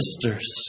sisters